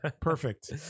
Perfect